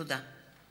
תודה.